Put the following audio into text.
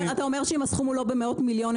אתה אומר שאם הסכום הוא לא במאות מיליונים,